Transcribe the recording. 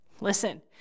Listen